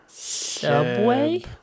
Subway